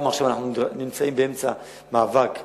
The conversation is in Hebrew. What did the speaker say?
גם עכשיו אנחנו נמצאים באמצע מאבק,